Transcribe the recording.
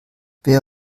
wer